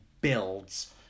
builds